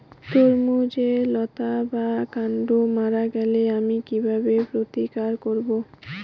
তরমুজের লতা বা কান্ড মারা গেলে আমি কীভাবে প্রতিকার করব?